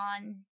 on